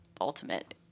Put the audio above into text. ultimate